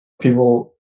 people